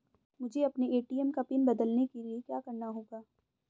मुझे अपने ए.टी.एम का पिन बदलने के लिए क्या करना होगा?